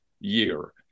year